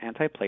antiplatelet